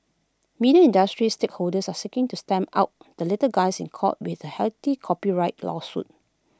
media industry stakeholders are seeking to stamp out the little guys in court with A hefty copyright lawsuit